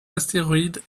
astéroïdes